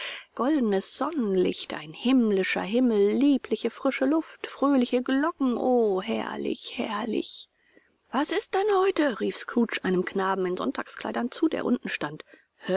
goldenes sonnenlicht ein himmlischer himmel liebliche frische luft fröhliche glocken o herrlich herrlich was ist denn heute rief scrooge einem knaben in sonntagskleidern zu der unten stand